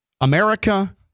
America